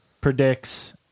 predicts